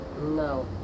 no